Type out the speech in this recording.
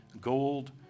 gold